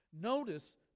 Notice